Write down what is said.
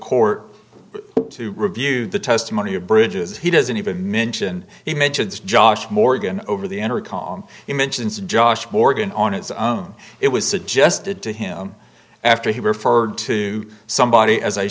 court to review the testimony of bridges he doesn't even mention he mentions josh morgan over the intercom he mentions josh morgan on his own it was suggested to him after he referred to somebody as a